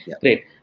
great